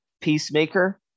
Peacemaker